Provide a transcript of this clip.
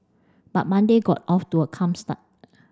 but Monday got off to a calm start